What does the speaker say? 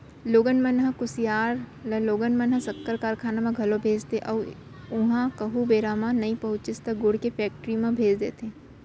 लोगन मन ह कुसियार ल लोगन मन ह सक्कर कारखाना म घलौ भेजथे अउ उहॉं कहूँ बेरा म नइ पहुँचिस त गुड़ के फेक्टरी म भेज देथे